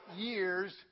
years